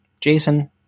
Jason